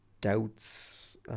doubts